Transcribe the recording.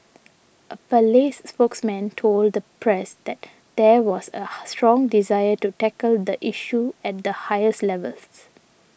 a palace spokesman told the press that there was a strong desire to tackle the issue at the highest levels